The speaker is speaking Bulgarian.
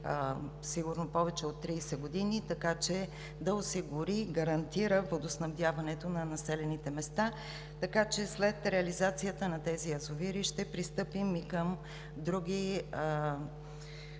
сигурно повече от 30 години, така че да осигури и гарантира водоснабдяването на населените места. След реализацията на тези язовири ще пристъпим и към други